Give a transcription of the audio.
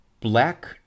black